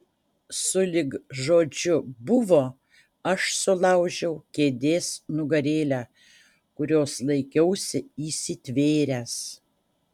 sulig žodžiu buvo aš sulaužiau kėdės nugarėlę kurios laikiausi įsitvėręs